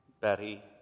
Betty